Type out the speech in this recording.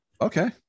Okay